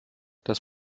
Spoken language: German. das